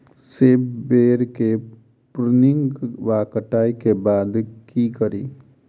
सेब बेर केँ प्रूनिंग वा कटाई केँ बाद की करि?